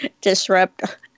disrupt